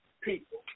people